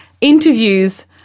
interviews